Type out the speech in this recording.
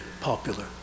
popular